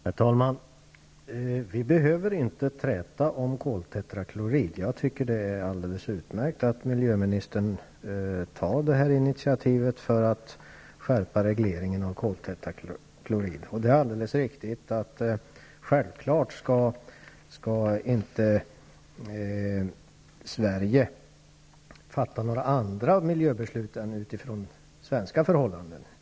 Herr talman! Vi behöver inte träta om koltetraklorid. Jag tycker det är alldeles utmärkt att miljöministern tar detta initiativ för att skärpa regleringen för koltetraklorid. Vi skall i Sverige självfallet inte fatta miljöbeslut utifrån andra än svenska förhållanden.